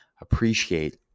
Appreciate